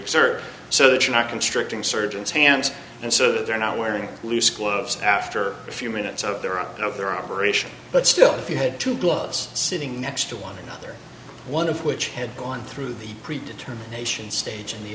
observe so that you're not constricting surgeons hands and so they're not wearing loose clothes after a few minutes of they're out of their operation but still if you had two blows sitting next to one another one of which had gone through the pre determination stage and the